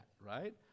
right